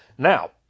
Now